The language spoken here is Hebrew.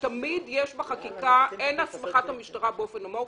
אין בחקיקה הסמכת המשטרה באופן אמורפי,